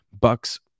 Bucks